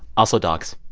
also dogs